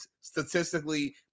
statistically